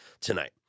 tonight